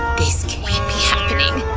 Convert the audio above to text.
this can't be happening.